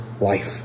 life